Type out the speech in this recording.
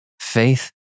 faith